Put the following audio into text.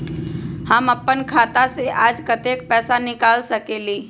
हम अपन खाता से आज कतेक पैसा निकाल सकेली?